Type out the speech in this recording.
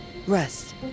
Rest